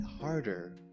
harder